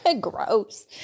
Gross